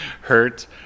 hurt